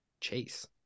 Chase